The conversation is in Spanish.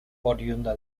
oriunda